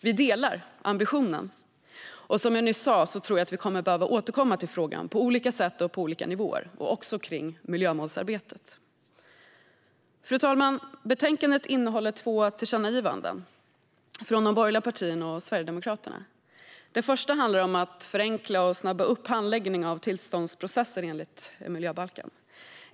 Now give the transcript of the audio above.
Vi delar ambitionen, och som jag nyss sa tror jag att vi kommer att behöva återkomma till frågan på olika sätt och på olika nivåer. Det gäller också miljömålsarbetet. Fru talman! Betänkandet innehåller två tillkännagivanden från de borgerliga partierna och Sverigedemokraterna. Det första handlar om att förenkla och snabba upp handläggningen av tillståndsprocesser enligt miljöbalken.